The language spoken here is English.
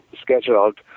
scheduled